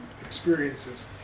experiences